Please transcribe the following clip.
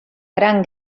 gran